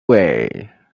way